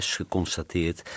geconstateerd